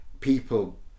people